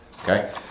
Okay